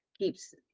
keeps